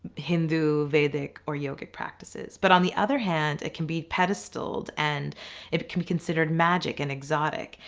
hindu, vedic or yogic practices. but on the other hand it can be pedestaled and it can be considered magic and exotic,